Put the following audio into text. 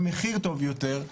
במחיר טוב יותר.